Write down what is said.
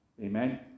Amen